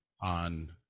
on